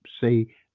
say